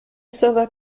server